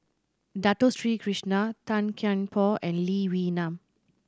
Dato Sri Krishna Tan Kian Por and Lee Wee Nam